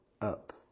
up